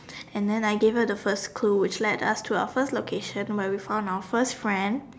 and then I gave her the first clue which led us to our first location where we found our first friend